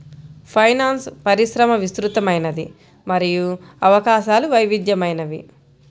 finance పరిశ్రమ విస్తృతమైనది మరియు అవకాశాలు వైవిధ్యమైనవి